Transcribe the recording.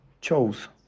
chose